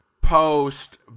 post